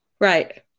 Right